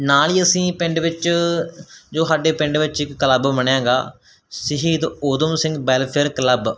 ਨਾਲ ਹੀ ਅਸੀਂ ਪਿੰਡ ਵਿੱਚ ਜੋ ਸਾਡੇ ਪਿੰਡ ਵਿੱਚ ਇੱਕ ਕਲੱਬ ਬਣਿਆ ਹੈਗਾ ਸ਼ਹੀਦ ਊਧਮ ਸਿੰਘ ਵੈਲਫ਼ੇਅਰ ਕਲੱਬ